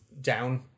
down